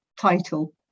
title